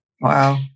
Wow